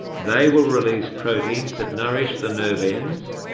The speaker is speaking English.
they will release proteins that nourish the nerve ends,